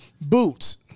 boots